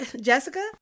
Jessica